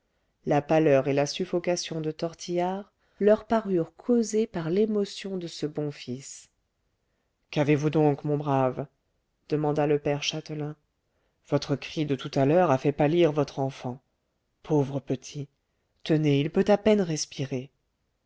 la pâleur et la suffocation de tortillard leur parurent causées par l'émotion de ce bon fils qu'avez-vous donc mon brave demanda le père châtelain votre cri de tout à l'heure a fait pâlir votre enfant pauvre petit tenez il peut à peine respirer